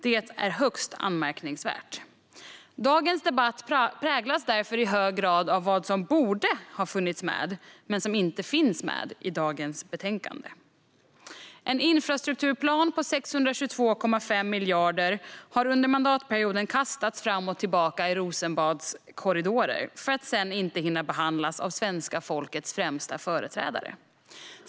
Detta är högst anmärkningsvärt. Dagens debatt präglas därför i hög grad av vad som borde ha funnits med men som inte finns med i dagens betänkande. En infrastrukturplan på 622,5 miljarder har under mandatperioden kastats fram och tillbaka i Rosenbads korridorer för att sedan inte hinna behandlas av svenska folkets främsta företrädare.